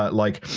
um like,